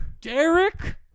Derek